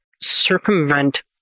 circumvent